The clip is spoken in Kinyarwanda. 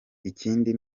ikindi